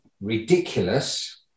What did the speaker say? ridiculous